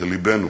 ללבנו.